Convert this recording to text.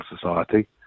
Society